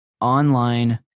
online